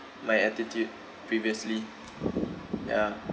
my attitude previously ya